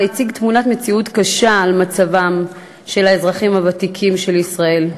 והציג תמונת מציאות קשה של מצב האזרחים הוותיקים בישראל,